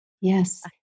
Yes